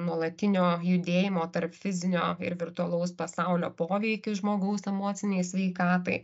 nuolatinio judėjimo tarp fizinio ir virtualaus pasaulio poveikis žmogaus emocinei sveikatai